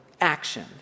action